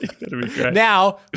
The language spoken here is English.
Now